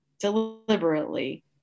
deliberately